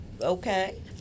okay